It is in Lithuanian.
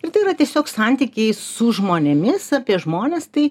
ir tai yra tiesiog santykiai su žmonėmis apie žmones tai